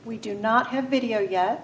we do not have video yet